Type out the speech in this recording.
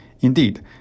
Indeed